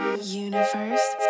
Universe